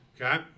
Okay